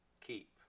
keep